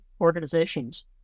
organizations